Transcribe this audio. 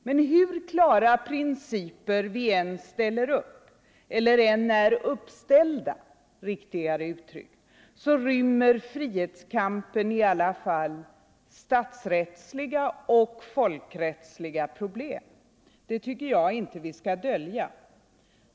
Men hur klara principer som än är uppställda rymmer frihetskampen i alla fall statsrättsliga och folkrättsliga problem. Det tycker jag inte att vi skall dölja.